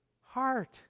heart